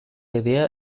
idea